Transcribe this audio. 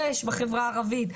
יש בחברה הערבית,